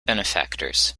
benefactors